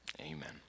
Amen